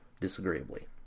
Disagreeably